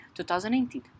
2018